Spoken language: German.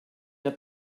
der